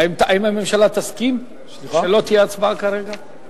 האם הממשלה תסכים שלא תהיה הצבעה כרגע?